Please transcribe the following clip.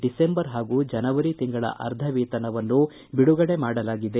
December ಹಾಗೂ ಜನವರಿ ತಿಂಗಳ ಅರ್ಧ ವೇತನವನ್ನು ಬಿಡುಗಡೆ ಮಾಡಲಾಗಿದೆ